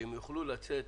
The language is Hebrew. שהן יוכלו לצאת